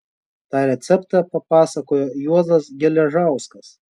tą receptą papasakojo juozas geležauskas